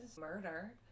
murder